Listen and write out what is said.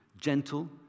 gentle